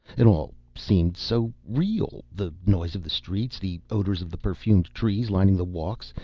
it all seemed so real! the noise of the streets, the odors of the perfumed trees lining the walks,